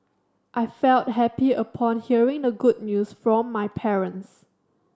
I felt happy upon hearing the good news from my parents